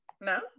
No